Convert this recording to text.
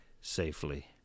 safely